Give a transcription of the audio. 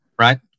right